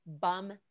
bum